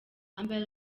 amber